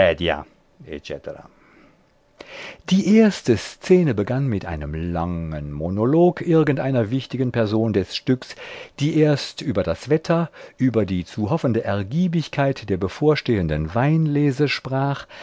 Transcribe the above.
die erste szene begann mit einem langen monolog irgendeiner wichtigen person des stücks die erst über das wetter über die zu hoffende ergiebigkeit der bevorstehenden weinlese sprach